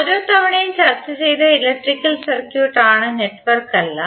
ഓരോ തവണയും ചർച്ച ചെയ്തത് ഇലക്ട്രിക്കൽ സർക്യൂട്ട് ആണ് നെറ്റ്വർക്ക് അല്ല